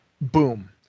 Boom